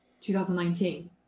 2019